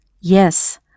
Yes